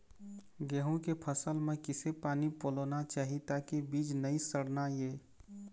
गेहूं के फसल म किसे पानी पलोना चाही ताकि बीज नई सड़ना ये?